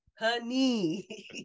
Honey